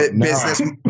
business